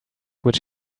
which